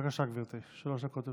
גברתי, שלוש דקות לרשותך.